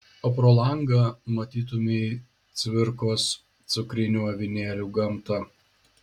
o pro langą matytumei cvirkos cukrinių avinėlių gamtą